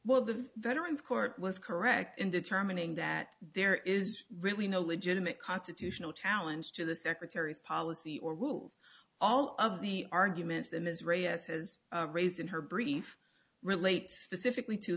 well the veterans court was correct in determining that there is really no legitimate constitutional challenge to the secretary's policy or rules all of the arguments that israel has raised in her brief relate specifically to